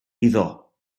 iddo